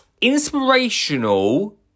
Inspirational